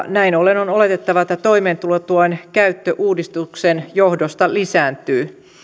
näin ollen on oletettavaa että toimeentulotuen käyttö uudistuksen johdosta lisääntyy